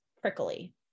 prickly